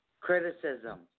criticism